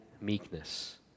meekness